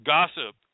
Gossip